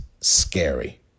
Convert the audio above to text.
scary